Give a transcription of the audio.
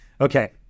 Okay